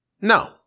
No